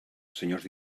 senyors